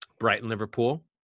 Brighton-Liverpool